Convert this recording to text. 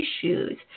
issues